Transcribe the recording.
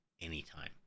anytime